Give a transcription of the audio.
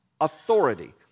authority